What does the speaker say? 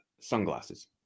sunglasses